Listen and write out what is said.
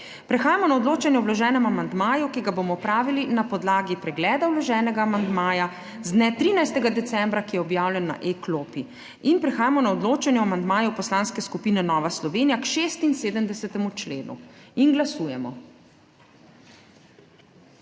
Prehajamo na odločanje o vloženem amandmaju, ki ga bomo opravili na podlagi pregleda vloženega amandmaja z dne 13. decembra, ki je objavljen na e-klopi. Prehajamo na odločanje o amandmaju Poslanske skupine Nova Slovenija k 76. členu. Glasujemo.